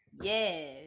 yes